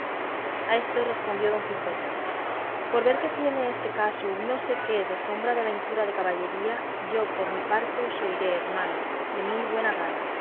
a esto respondió don quijote por ver que tiene este caso un no sé qué de sombra de aventura de caballería yo por mi parte os oiré hermano de muy buena gana